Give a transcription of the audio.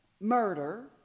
murder